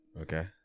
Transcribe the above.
Okay